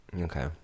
okay